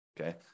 Okay